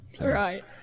Right